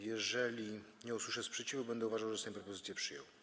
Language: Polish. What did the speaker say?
Jeżeli nie usłyszę sprzeciwu, będę uważał, że Sejm propozycję przyjął.